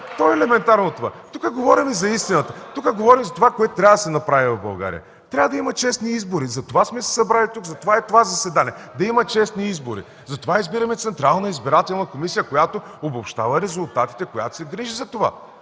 То е елементарно това. Говорим за истината. Тука говорим за това, което трябва да се направи в България. Трябва да има честни избори, затова сме се събрали тук, затова е това заседание – да има честни избори. Затова избираме Централна избирателна комисия, която обобщава резултатите, която се грижи за това